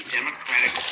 Democratic